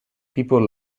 people